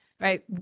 Right